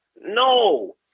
no